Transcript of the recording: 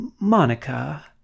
Monica